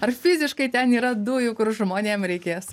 ar fiziškai ten yra dujų kur žmonėm reikės